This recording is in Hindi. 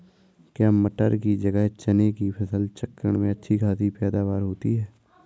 क्या मटर की जगह चने की फसल चक्रण में अच्छी खासी पैदावार होती है?